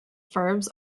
verbs